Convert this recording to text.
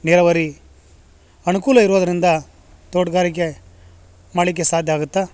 ನೀರಾವರಿ ಅನುಕೂಲ ಇರ್ವದರಿಂದ ತೋಟಗಾರಿಕೆ ಮಾಡಲಿಕ್ಕೆ ಸಾಧ್ಯ ಆಗತ್ತೆ